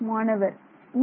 மாணவர் Ez